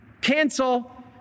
Cancel